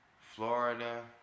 Florida